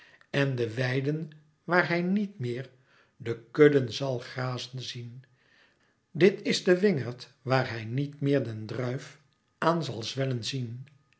en de weiden waar hij niet meer de kudden zal grazen zien dit is de wingerd waar hij niet meer den druif aan zal zwellen zien